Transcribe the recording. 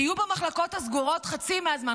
תהיו במחלקות הסגורות חצי מהזמן,